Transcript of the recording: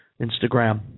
Instagram